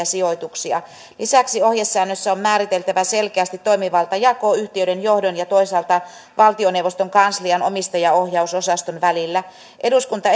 sijoituksia lisäksi ohjesäännössä on määriteltävä selkeästi toimivaltajako yhtiöiden johdon ja toisaalta valtioneuvoston kanslian omistajaohjausosaston välillä eduskunta